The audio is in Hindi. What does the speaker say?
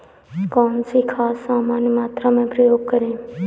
कौन सी खाद समान मात्रा में प्रयोग करें?